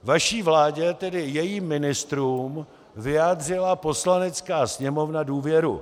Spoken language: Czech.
Vaší vládě, tedy jejím ministrům vyjádřila Poslanecká sněmovna důvěru.